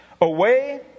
away